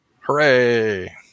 Hooray